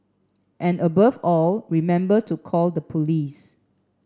and above all remember to call the police